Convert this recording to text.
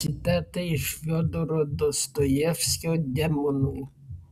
citata iš fiodoro dostojevskio demonų